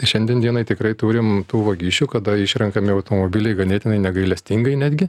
šiandien dienai tikrai turim tų vagysčių kada išrenkami automobiliai ganėtinai negailestingai netgi